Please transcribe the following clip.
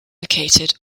located